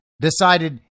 decided